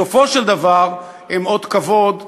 בסופו של דבר הם אות כבוד למדינה.